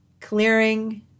clearing